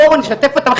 בואו נשתף אותם,